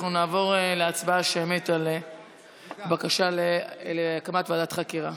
אנחנו נעבור להצבעה שמית על הבקשה להקמת ועדת חקירה.